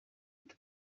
turi